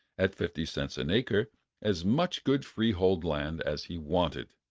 at fifty-cents an acre as much good freehold land as he wanted.